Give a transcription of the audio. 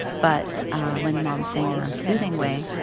but when mom sang in a soothing way.